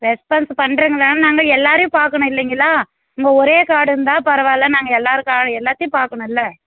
response பண்ணுறேங்க ma'am நாங்கள் எல்லாேரையும் பார்க்கணும் இல்லைங்களா உங்கள் ஒரே கார்டு இருந்த பரவாயில்ல நாங்கள் எல்லாேர் கா எல்லாத்தையும் பார்க்கணும் இல்லை